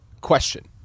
question